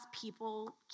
people